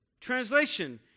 Translation